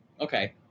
Okay